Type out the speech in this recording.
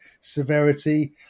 severity